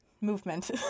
movement